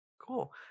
Cool